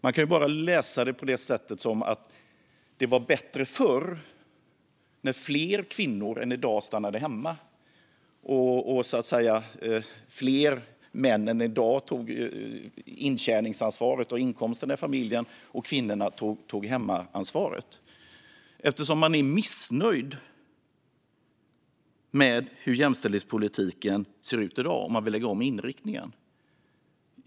Det kan bara läsas på det sättet att det var bättre förr när fler kvinnor än i dag stannade hemma och tog hemmaansvaret och fler män än i dag tog ansvaret för inkomsterna i familjen eftersom man är missnöjd med hur jämställdhetspolitiken ser ut i dag och man vill lägga om inriktningen.